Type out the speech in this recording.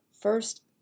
first